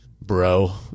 bro